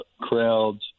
crowds